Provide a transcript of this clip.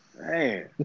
man